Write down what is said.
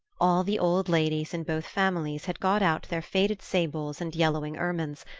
all the old ladies in both families had got out their faded sables and yellowing ermines,